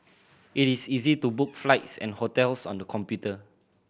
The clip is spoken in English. it is easy to book flights and hotels on the computer